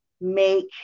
make